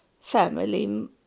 family